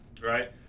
right